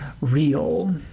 real